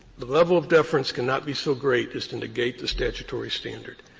the level of deference cannot be so great as to negate the statutory standard.